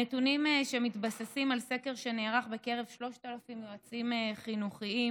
בנתונים שמתבססים על סקר שנערך בקרב 3,000 יועצים חינוכיים,